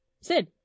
Sid